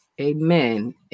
Amen